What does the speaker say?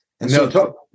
No